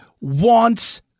wants